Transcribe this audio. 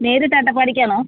നേരിട്ട് അട്ടപ്പാടിക്കാണോ